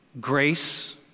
grace